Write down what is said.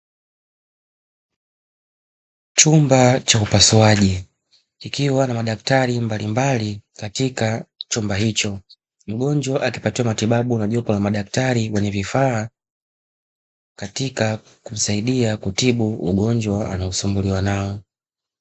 Chumba cha upasuaji kikiwa na madaktari mbalimbali katika chumba hicho mgonjwa akipatiwa matibabu na jopo la madaktari wenye vifaa katika kumsaidia kutibu ugonjwa anaosumbuliwa nao.